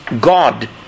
God